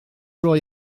roi